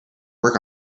work